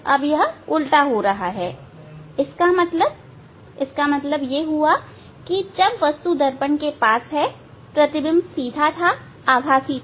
अब यह उल्टा हो रहा है इसका मतलब जब वस्तु दर्पण के पास है प्रतिबिंब सीधा था आभासी था